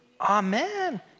Amen